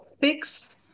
fix